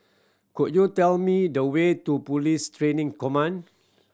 could you tell me the way to Police Training Command